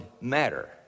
matter